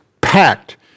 packed